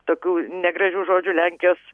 tokių negražių žodžių lenkijos